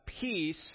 peace